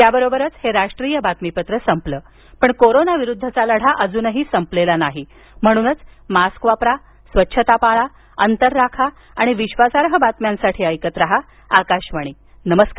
याबरोबरच हे राष्ट्रीय बातमीपत्र संपलं पण कोरोना विरुद्धचा लढा अजून संपलेला नाही म्हणूनच मास्क वापरा स्वच्छता पाळा अंतर राखा आणि विश्वासार्ह बातम्यांसाठी ऐकत रहा आकाशवाणी नमस्कार